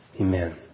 Amen